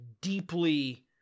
deeply